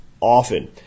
often